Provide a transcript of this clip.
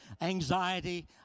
anxiety